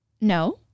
no